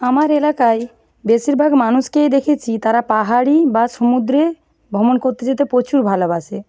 আমার এলাকায় বেশিরভাগ মানুষকেই দেখেছি তারা পাহাড়ি বা সমুদ্রে ভ্রমণ করতে যেতে প্রচুর ভালোবাসে